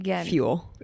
fuel